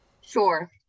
sure